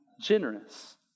generous